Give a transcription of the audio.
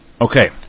Okay